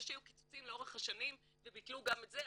זה שהיו קיצוצים לאורך השנים וביטלו גם את זה,